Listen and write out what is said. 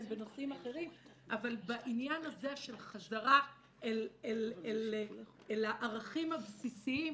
בנושאים אחרים אבל בעניין הזה של חזרה אל הערכים הבסיסיים,